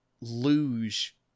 luge